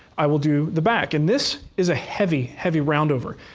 i will do the back. and this is a heavy, heavy round over.